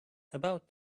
about